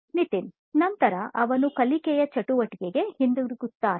ನಿತಿನ್ ನಂತರ ಅವನು ಕಲಿಕೆಯ ಚಟುವಟಿಕೆಗೆ ಹಿಂತಿರುಗುತ್ತಾನೆ